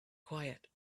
quiet